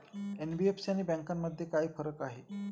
NBFC आणि बँकांमध्ये काय फरक आहे?